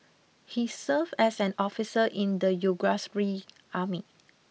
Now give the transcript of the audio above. he served as an officer in the Yugoslav army